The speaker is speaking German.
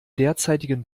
derzeitigen